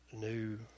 new